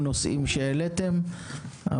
לדואר לעמוד על הרגליים ולעשות תהליך הבראה.